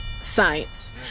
Science